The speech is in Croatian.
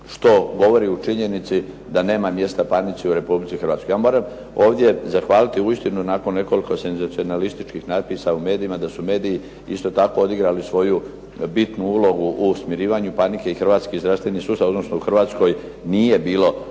Što govori o činjenici da nema mjesta panici u Republici Hrvatskoj. Ja moram ovdje zahvaliti uistinu nakon nekoliko senzacionalističkih natpisa u medijima da su mediji isto tako odigrali svoju bitnu ulogu u smirivanju panike i Hrvatski zdravstveni sustav, odnosno u Hrvatskoj nije bilo